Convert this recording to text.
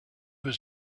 was